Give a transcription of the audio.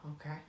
okay